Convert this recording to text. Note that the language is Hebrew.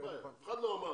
אף אחד לא אמר